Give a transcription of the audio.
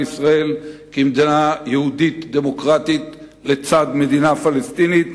ישראל כמדינה יהודית דמוקרטית לצד מדינה פלסטינית,